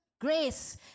grace